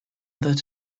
that